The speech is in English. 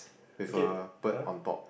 with a bird on top